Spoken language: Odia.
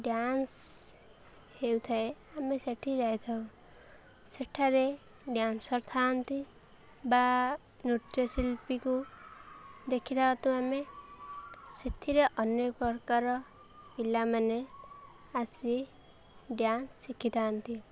ଡ୍ୟାନ୍ସ ହେଉଥାଏ ଆମେ ସେଇଠି ଯାଇଥାଉ ସେଇଠାରେ ଡ୍ୟାନ୍ସର୍ ଥାନ୍ତି ବା ନୃତ୍ୟଶିଳ୍ପୀକୁ ଦେଖିଲାଠୁ ଆମେ ସେଥିରେ ଅନେକ ପ୍ରକାର ପିଲାମାନେ ଆସି ଡ୍ୟାନ୍ସ ଶିଖିଥାନ୍ତି